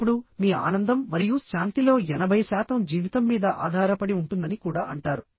ఇప్పుడు మీ ఆనందం మరియు శాంతిలో ఎనభై శాతం జీవితం మీద ఆధారపడి ఉంటుందని కూడా అంటారు